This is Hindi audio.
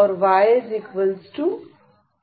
और y4